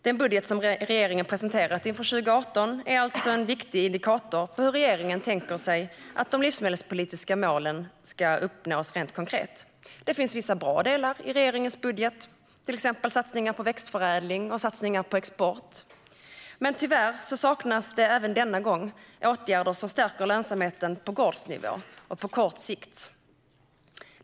Den budget som regeringen presenterat inför 2018 är alltså en viktig indikator på hur regeringen tänker sig att de livsmedelspolitiska målen ska uppnås rent konkret. Det finns vissa bra delar i regeringens budget, till exempel satsningar på växtförädling och export, men tyvärr saknas det även denna gång åtgärder som stärker lönsamheten på gårdsnivå och på kort sikt.